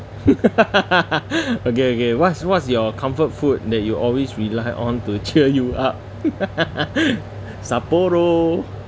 okay okay what's what's your comfort food that you always rely on to cheer you up sapporo